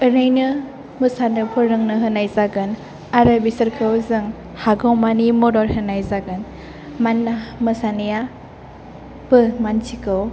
ओरैनो मोसानो फोरोंनो होनाय जागोन आरो बिसोरखौ जों हागौमानि मदद होनाय जागोन मानोना मोसानाया बो मानसिखौ